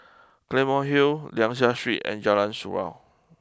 Claymore Hill Liang Seah Street and Jalan Surau